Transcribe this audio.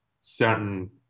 certain